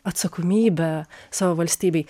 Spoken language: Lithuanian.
atsakomybę savo valstybei